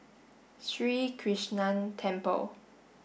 Sri Krishnan Temple